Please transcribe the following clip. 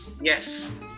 yes